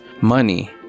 money